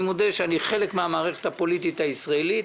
אני מודה שאני חלק מן המערכת הפוליטית הישראלית,